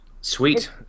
Sweet